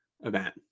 event